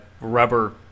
rubber